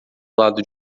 lado